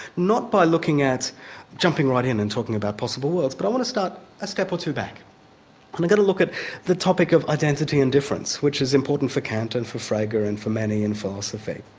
not by looking at jumping right in and talking about possible worlds but want to start a step or two back. and i'm going to look at the topic of identity and difference, which is important for kant and for frege and for many in philosophy.